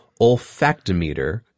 olfactometer